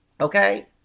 Okay